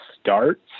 starts